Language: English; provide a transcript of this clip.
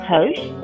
Host